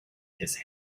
his